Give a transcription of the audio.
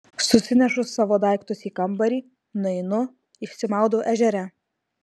susinešu savo daiktus į kambarį nueinu išsimaudau ežere